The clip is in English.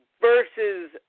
versus